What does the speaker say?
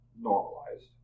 normalized